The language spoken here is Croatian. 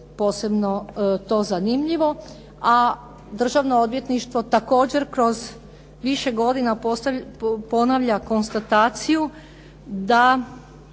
posebno to zanimljivo. A Državno odvjetništvo također kroz više godina ponavlja konstataciju da